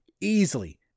easily